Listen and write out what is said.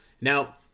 Now